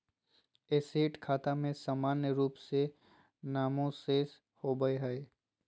asset खाता में सामान्य रूप से नामे शेष होबय हइ